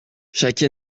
chaque